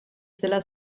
zela